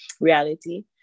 reality